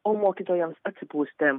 o mokytojams atsipūsti